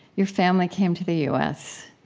your family came to the u s.